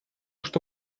что